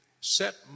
set